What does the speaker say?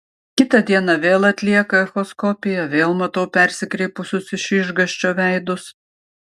kitą dieną vėl atlieka echoskopiją vėl matau persikreipusius iš išgąsčio veidus